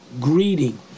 greeting